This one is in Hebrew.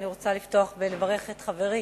אני רוצה לפתוח ולברך את חברי